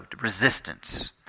resistance